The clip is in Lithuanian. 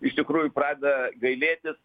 iš tikrųjų pradeda gailėtis